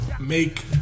make